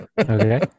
okay